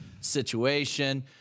situation